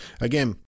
Again